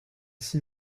s’il